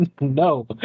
No